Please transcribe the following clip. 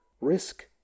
risk